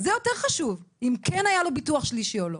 זה יותר חשוב, אם כן היה לו ביטוח שלישי או לא.